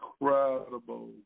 incredible